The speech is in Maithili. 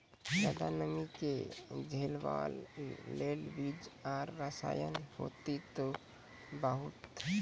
ज्यादा नमी के झेलवाक लेल बीज आर रसायन होति तऽ बताऊ?